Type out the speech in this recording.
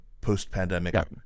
post-pandemic